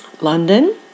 London